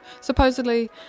supposedly